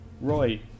Roy